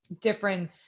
different